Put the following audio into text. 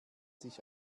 sich